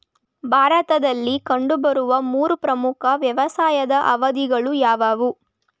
ಭಾರತದಲ್ಲಿ ಕಂಡುಬರುವ ಮೂರು ಪ್ರಮುಖ ವ್ಯವಸಾಯದ ಅವಧಿಗಳು ಯಾವುವು?